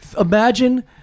Imagine